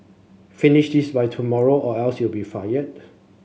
finish this by tomorrow or else you'll be fired